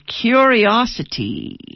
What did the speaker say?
curiosity